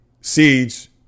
seeds